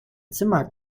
zimmer